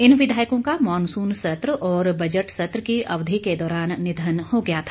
इन विधायकों का मॉनसून सत्र और बजट सत्र की अवधि के दौरान निधन हो गया था